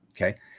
Okay